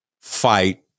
fight